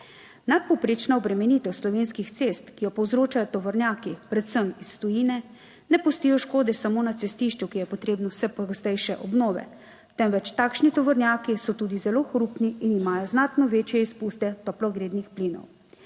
Nadpovprečna obremenitev slovenskih cest, ki jo povzročajo tovornjaki, predvsem iz tujine, ne pustijo škode samo na cestišču, ki je potrebno vse pogostejše obnove, temveč takšni tovornjaki so tudi zelo hrupni in imajo znatno večje izpuste toplogrednih plinov.